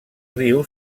riu